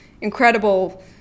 incredible